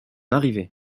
arrivée